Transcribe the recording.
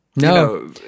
No